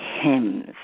hymns